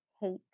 hate